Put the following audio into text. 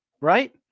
right